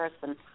person